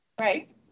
right